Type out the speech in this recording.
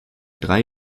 drei